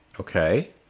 Okay